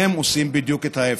והם עושים בדיוק את ההפך.